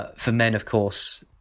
ah for men, of course,